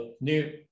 new